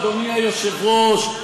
אדוני היושב-ראש,